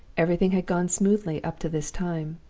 everything had gone smoothly up to this time.